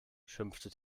schimpfte